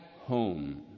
home